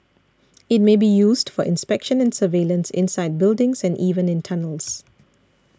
it may be used for inspection and surveillance inside buildings and even in tunnels